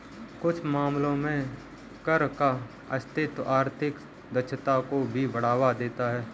कुछ मामलों में कर का अस्तित्व आर्थिक दक्षता को भी बढ़ावा देता है